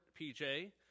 PJ